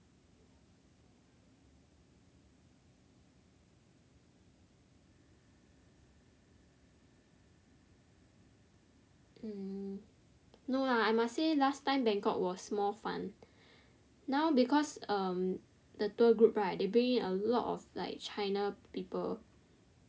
mm no lah I must say last time Bangkok was more fun now because um the tour group right they bring in a lot of like China people